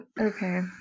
okay